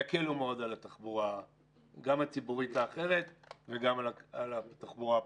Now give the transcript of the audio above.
יקלו מאוד על התחבורה גם הציבורית האחרת וגם על התחבורה הפרטית,